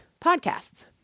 podcasts